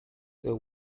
the